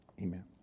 amen